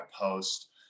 post